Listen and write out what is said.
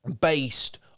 based